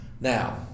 Now